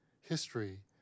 history